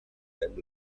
and